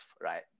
right